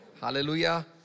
Hallelujah